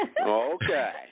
Okay